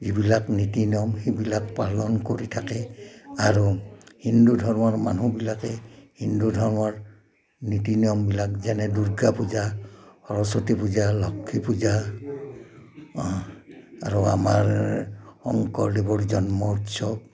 যিবিলাক নীতি নিয়ম সেইবিলাক পালন কৰি থাকে আৰু হিন্দু ধৰ্মৰ মানুহবিলাকে হিন্দু ধৰ্মৰ নীতি নিয়মবিলাক যেনে দুৰ্গা পূজা সৰস্বতী পূজা লক্ষ্মী পূজা আৰু আমাৰ শংকৰদেৱৰ জন্ম উৎসৱ